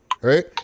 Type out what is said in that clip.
Right